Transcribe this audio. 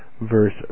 verse